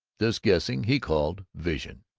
this guessing he called vision.